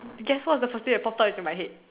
guess what is the first thing that popped up into my head